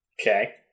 Okay